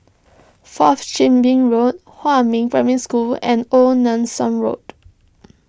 Fourth Chin Bee Road Huamin Primary School and Old Nelson Road